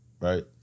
Right